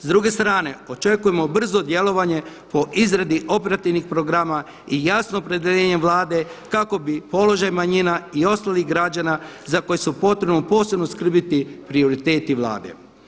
S druge strane očekujemo brzo djelovanje po izradi operativnih programa i jasno opredjeljenje Vlade kako bi položaj manjina i ostalih građana za koje je potrebno posebno skrbiti prioriteti Vlade.